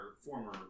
former